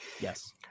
Yes